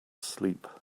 sleep